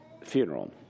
funeral